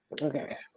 okay